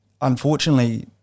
Unfortunately